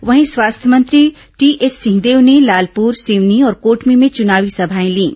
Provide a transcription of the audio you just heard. वहीं स्वास्थ्य मंत्री टीएस सिंहदेव ने लालपुर सिवनी और कोटमी में चुनावी सभाएं लीं